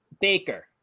Baker